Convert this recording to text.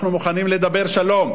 אנחנו מוכנים לדבר שלום,